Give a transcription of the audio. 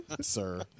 sir